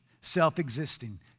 self-existing